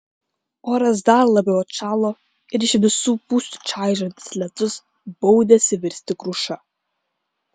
oras dar labiau atšalo ir iš visų pusių čaižantis lietus baudėsi virsti kruša